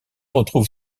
retrouve